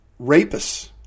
rapists